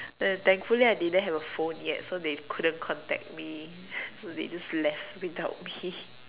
then thankfully I didn't have a phone yet so they couldn't contact me so they just left without me